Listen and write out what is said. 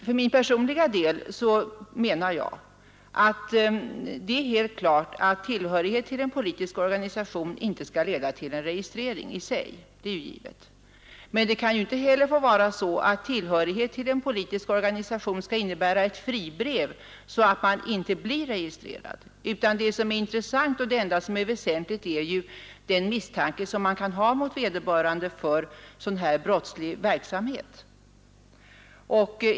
För min personliga del menar jag att det är helt klart att tillhörighet till en politisk organisation inte i sig skall leda till registrering. Men det kan inte heller få vara så att tillhörighet till en politisk organisation innebär fribrev, så att man inte blir registrerad. Det enda som är väsentligt är ju den misstanke man kan ha mot vederbörande för sådan här brottslig verksamhet.